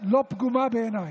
לא פגומה בעיניי.